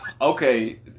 Okay